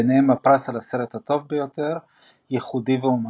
ביניהם הפרס על "הסרט הטוב ביותר – ייחודי ואמנותי"